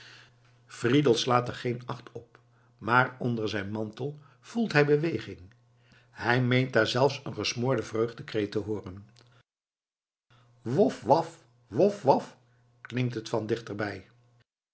fridel slaat er geen acht op maar onder zijn mantel voelt hij beweging hij meent daar zelfs een gesmoorden vreugdekreet te hooren wof waf wof waf klinkt het van dichter